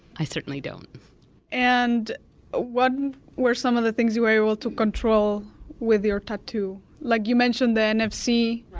i certainly don't and what were some of the things you were able to control with your tattoo? like you mentioned the nfc,